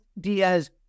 Diaz